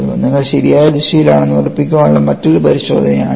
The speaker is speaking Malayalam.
നിങ്ങൾ ശരിയായ ദിശയിലാണെന്ന് ഉറപ്പാക്കാനുള്ള മറ്റൊരു പരിശോധനയാണിത്